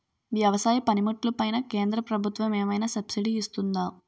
వ్యవసాయ పనిముట్లు పైన కేంద్రప్రభుత్వం ఏమైనా సబ్సిడీ ఇస్తుందా?